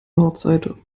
nordseite